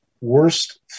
worst